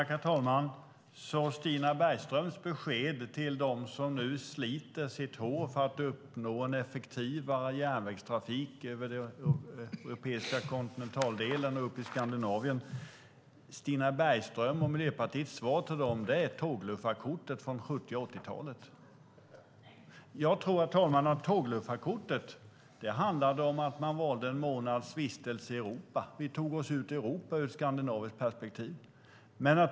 Herr talman! När det gäller dem som nu sliter sitt hår för att uppnå en effektivare järnvägstrafik över den europeiska kontinentaldelen och upp i Skandinavien är alltså Stina Bergströms och Miljöpartiets svar tågluffarkortet från 70 och 80-talet. Jag trodde, herr talman, att tågluffarkortet handlade om att man valde en månads vistelse i Europa - att vi ur ett skandinaviskt perspektiv tog oss ut i Europa.